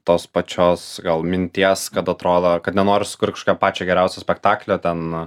tos pačios gal minties kad atrodo kad nenoriu sukurt kažkokio pačio geriausio spektaklio ten